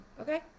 Okay